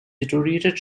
deteriorated